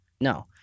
No